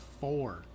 four